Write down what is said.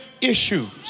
issues